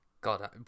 God